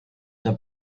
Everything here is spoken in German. der